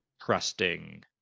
trusting